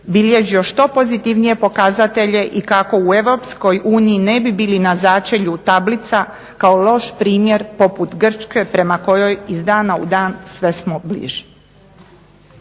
bilježio što pozitivnije pokazatelje i kako u Europskoj uniji ne bi bili na začelju tablica kao loš primjer poput Grčke prema kojoj iz dana u dan sve smo bliži.